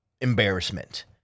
embarrassment